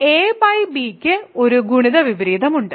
a by b ന് ഒരു ഗുണിത വിപരീതമുണ്ട്